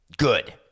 Good